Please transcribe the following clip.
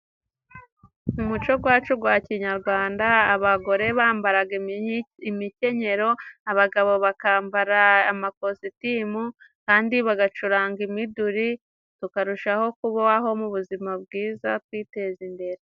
Mu muco gwacu gwa kinyagwanda abagore, bambaraga imikenyero, abagabo bakambara amakositimu. Kandi bagacuranga imiduri, tukarushaho kubaho mu buzima bwiza twiteza imbere.